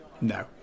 No